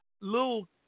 little